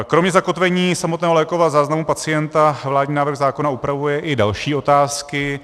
Kromě zakotvení samotného lékového záznamu pacienta vládní návrh zákona upravuje i další otázky.